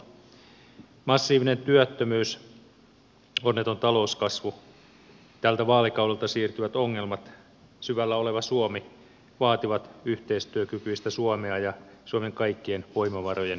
massiivinen työttömyys onneton talouskasvu tältä vaalikaudelta siirtyvät ongelmat syvällä oleva suomi vaativat yhteistyökykyistä suomea ja suomen kaikkien voimavarojen käyttöä